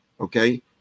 Okay